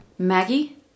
Maggie